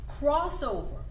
crossover